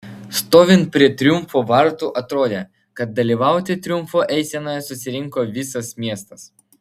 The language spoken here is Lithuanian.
stovint prie triumfo vartų atrodė kad dalyvauti triumfo eisenoje susirinko visas miestas